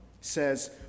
says